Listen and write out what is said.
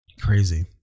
Crazy